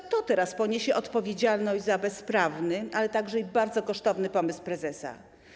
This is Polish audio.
Kto teraz poniesie odpowiedzialność za bezprawny, ale także bardzo kosztowny pomysł prezesa?